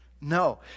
No